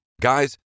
Guys